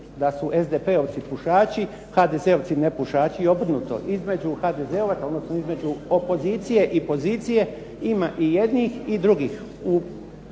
da su SDP-ovci pušači, HDZ-ovci nepušači i obrnuto. Između HDZ-ovaca, odnosno između opozicije i pozicije ima i jednih i drugih.